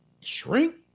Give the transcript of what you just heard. shrink